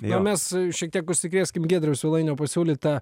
o mes šiek tiek užsikrėskim giedriaus svilainio pasiūlyta